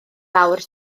mawr